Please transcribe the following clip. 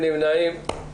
אין נמנעים.